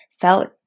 felt